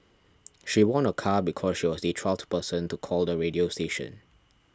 she won a car because she was the twelfth person to call the radio station